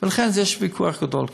לכן יש ויכוח גדול כאן.